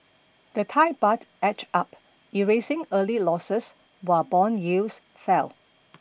the Thai baht edged up erasing early losses while bond yields fell